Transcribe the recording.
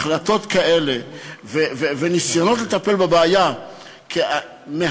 החלטות כאלה וניסיונות לטפל בבעיה מהצד,